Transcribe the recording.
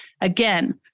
Again